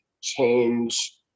change